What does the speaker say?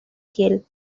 kiel